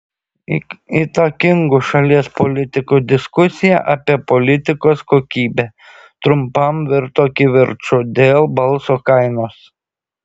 įtakingų šalies politikų diskusija apie politikos kokybę trumpam virto kivirču dėl balso kainos